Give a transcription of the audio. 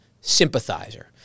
sympathizer